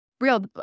real